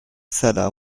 seller